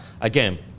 again